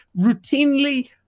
routinely